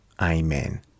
Amen